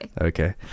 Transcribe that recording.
Okay